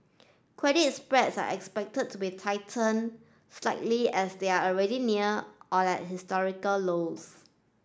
credit spreads are expected to be tightened slightly as they are already near or at historical lows